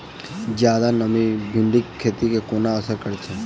जियादा नमी भिंडीक खेती केँ कोना असर करतै?